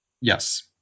Yes